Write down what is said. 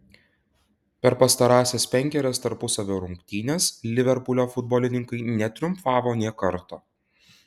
per pastarąsias penkerias tarpusavio rungtynes liverpulio futbolininkai netriumfavo nė karto